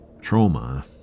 Trauma